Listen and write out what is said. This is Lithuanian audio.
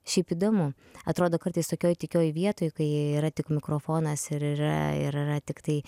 šiaip įdomu atrodo kartais tokioj tykioj vietoj kai yra tik mikrofonas ir yra ir yra tiktai